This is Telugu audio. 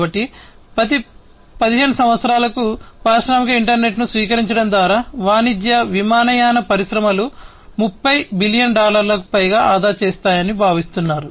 కాబట్టి ప్రతి 15 సంవత్సరాలకు పారిశ్రామిక ఇంటర్నెట్ను స్వీకరించడం ద్వారా వాణిజ్య విమానయాన పరిశ్రమలు 30 బిలియన్ డాలర్లకు పైగా ఆదా చేస్తాయని భావిస్తున్నారు